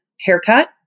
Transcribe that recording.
haircut